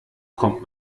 kommt